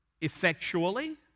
effectually